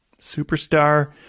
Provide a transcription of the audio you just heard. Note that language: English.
superstar